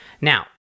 Now